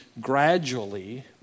gradually